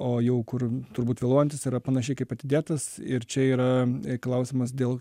o jau kur turbūt vėluojantis yra panašiai kaip atidėtas ir čia yra klausimas dėl